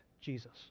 Jesus